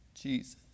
Jesus